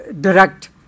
direct